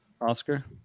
Oscar